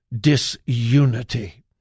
disunity